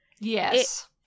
Yes